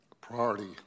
priority